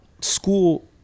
school